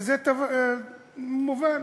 וזה מובן.